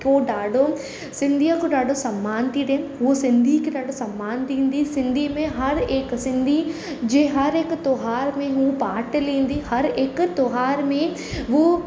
खो ॾाढो सिंधीअ को सम्मान थी ॾियनि हू सिंधी खे ॾाढो सम्मान ॾींदी सिंधी में हर हिकु सिंधी जे हर हिकु त्योहार में हू पाट लहींदी हर हिकु त्योहार में उहो